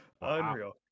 Unreal